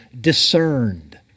discerned